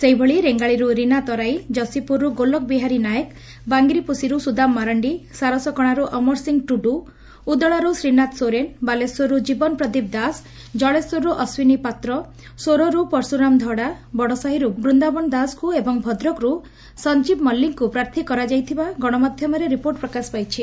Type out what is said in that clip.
ସେହିଭଳି ରେଙ୍ଙାଲିରୁ ରିନା ତରାଇ ଯଶୀପୁରରୁ ଗୋଲକବିହାରୀ ନାଏକ ବାଙ୍ଗିରିପୋଷିରୁ ସୁଦାମ ମାରାଣ୍ଡି ସାରସକଣାରୁ ଅମର ସିଂହ ଟୁଡୁ ଉଦଳାର୍ ଶ୍ରୀନାଥ ସୋରେନ୍ ବାଲେଶ୍ୱରର୍ର ଜୀବନପ୍ରଦୀପ ଦାସ ଜଳେଶ୍ୱରର୍ ଅଶ୍ୱିନୀ ପାତ୍ର ସୋରର୍ ପଶ୍ରରାମ ଧଡ଼ା ବଡ଼ସାହିର୍ ବୃନ୍ଦାବନ ଦାସଙ୍କୁ ଏବଂ ଭଦ୍ରକରୁ ସଂଜୀବ ମଲ୍ଲିକଙ୍କୁ ପ୍ରାର୍ଥୀ କରାଯାଇଥିବା ଗଣମାଧ୍ଧମରେ ରିପୋର୍ଟ ପ୍ରକାଶ ପାଇଛି